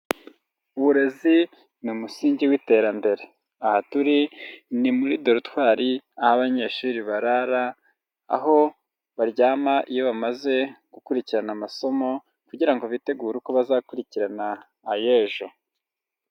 Uburezi ni umusingi w'iterambere, aha turi ni muri dorotwari aho abanyeshuri barara aho baryama iyo bamaze gukurikirana amasomo kugira bitegure uko bazakurikirana ay'ejo.